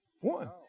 One